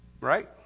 Right